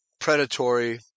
predatory